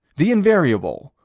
the invariable,